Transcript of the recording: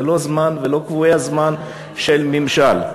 זה לא זמן ולא קבועי הזמן של ממשל.